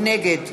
נגד